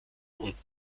und